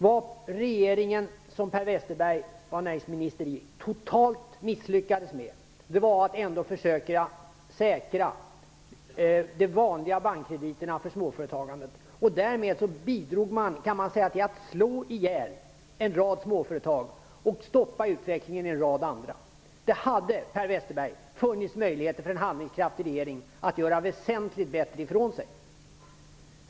Vad regeringen, som Per Westerberg var näringsminister i, totalt misslyckades med var att ändå försöka säkra de vanliga bankkrediterna för småföretagandet. Man kan säga att regeringen därmed bidrog till att slå ihjäl en rad småföretag och stoppa utvecklingen i en rad andra. Det hade, Per Westerberg, funnits möjligheter för en handlingskraftig regering att göra väsentligt bättre ifrån sig.